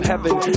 heaven